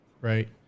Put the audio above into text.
right